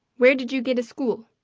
where did you get a school?